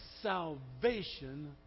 salvation